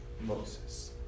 Moses